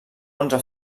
onze